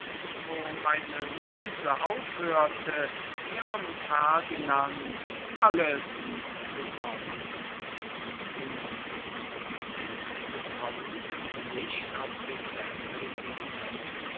erblaßte wo meine luise aufhörte ihrem ferdinand alles zu sein luise sinkt mit verhülltem gesicht